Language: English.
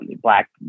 black